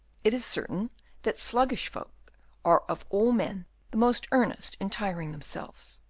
it is certain that sluggish folk are of all men the most earnest in tiring themselves,